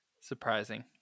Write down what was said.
surprising